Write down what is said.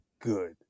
good